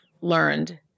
learned